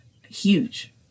huge